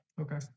okay